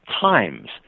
times